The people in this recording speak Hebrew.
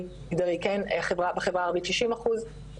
בחברה הערבית 60 אחוזים,